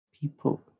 People